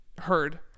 heard